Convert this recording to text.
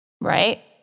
Right